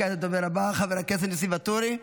כעת לדובר הבא, חבר הכנסת ניסים ואטורי,